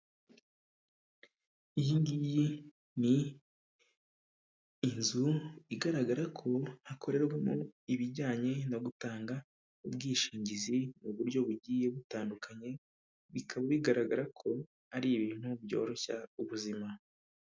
Iyi ngiyi ni inzu igaragara ko hakorerwamo ibijyanye no gutanga ubwishingizi mu buryo bugiye butandukanye bikaba bigaragara ko ari ibintu byoroshya ubuzima.